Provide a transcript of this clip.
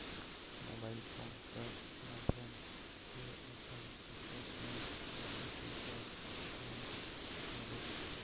Mobile phone कर माध्यम ले अपन स्टेटमेंट देखे बर कौन करों?